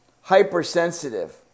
hypersensitive